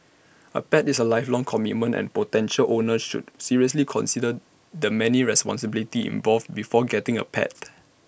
A pet is A lifelong commitment and potential owners should seriously consider the many responsibilities involved before getting A pet